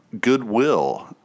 goodwill